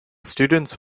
students